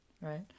right